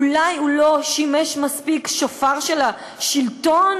אולי הוא לא שימש מספיק שופר של השלטון?